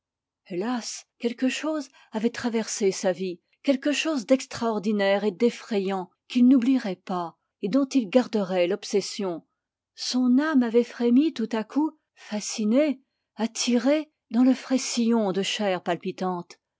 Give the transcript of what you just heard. hélas quelque chose avait traversé sa vie quelque chose d'extraordinaire et d'effrayant qu'il n'oublierait pas et dont il garderait l'obsession son âme avait frémi tout à coup fascinée attirée dans le frais sillon de chair palpitante